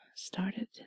started